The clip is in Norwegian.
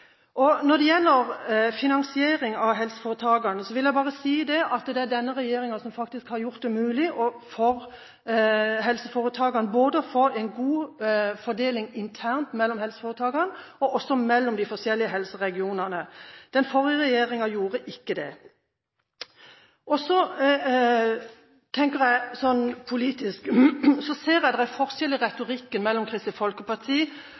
landet. Når det gjelder finansiering av helseforetakene, vil jeg bare si at det er denne regjeringen som har gjort det mulig for dem å få til en god fordeling internt mellom helseforetakene, og også mellom de forskjellige helseregionene. Den forrige regjeringen gjorde ikke det. Når jeg tenker politisk, så ser jeg at det er forskjell i retorikken mellom Kristelig Folkeparti